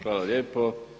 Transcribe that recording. Hvala lijepo.